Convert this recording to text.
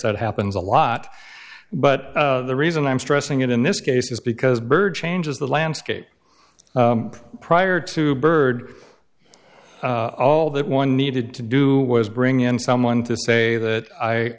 that happens a lot but the reason i'm stressing it in this case is because byrd changes the landscape prior to byrd all that one needed to do was bring in someone to say that i